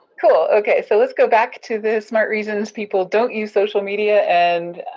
cool, okay, so let's go back to the smart reasons people don't use social media and